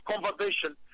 conversation